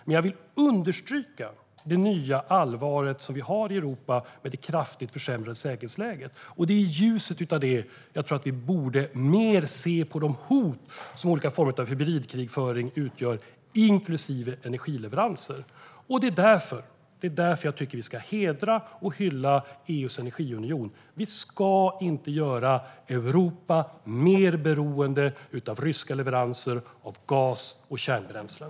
Men jag till understryka det nya allvaret vi har i Europa med det kraftigt försämrade säkerhetsläget. Det är i ljuset av det vi borde se mer på de hot som olika former av hybridkrigföring utgör, inklusive energileveranser. Det är därför jag tycker att vi ska hedra och hylla EU:s energiunion. Vi ska inte göra Europa mer beroende av ryska leveranser av gas och kärnbränslen.